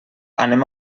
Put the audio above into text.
anem